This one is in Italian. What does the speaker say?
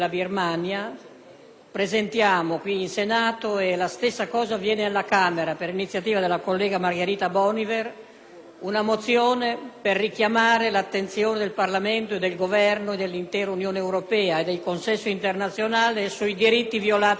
la stessa cosa avviene alla Camera per iniziativa della collega Margherita Boniver) una mozione per richiamare l'attenzione del Parlamento, del Governo, dell'intera Unione europea e del consesso internazionale sui diritti violati in Birmania.